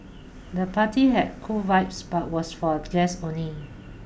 the party had cool vibe but was for guests only